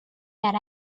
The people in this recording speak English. that